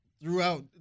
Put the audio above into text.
throughout